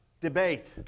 debate